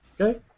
Okay